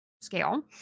scale